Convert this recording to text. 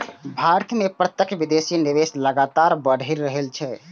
भारत मे प्रत्यक्ष विदेशी निवेश लगातार बढ़ि रहल छै